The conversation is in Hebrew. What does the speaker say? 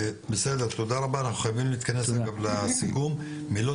תודה רבה, אנחנו חייבים להתכנס לסיכום, מילות